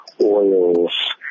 oils